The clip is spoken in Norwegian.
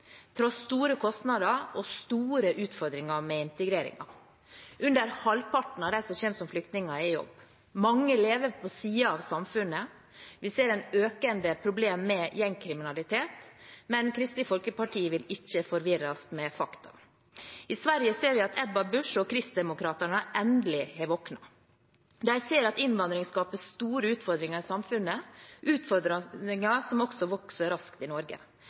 store kostnader og store utfordringer med integrering. Under halvparten av de som kommer som flyktninger, er i jobb. Mange lever på siden av samfunnet. Vi ser et økende problem med gjengkriminalitet, men Kristelig Folkeparti vil ikke forvirres av fakta. I Sverige ser vi at Ebba Busch og Kristdemokraterna endelig har våknet. De ser at innvandringen skaper store utfordringer i samfunnet, utfordringer som også vokser raskt i Norge.